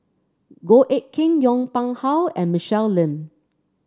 Goh Eck Kheng Yong Pung How and Michelle Lim